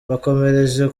bakomereje